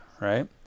right